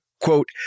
Quote